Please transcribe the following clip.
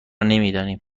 نمیدانیم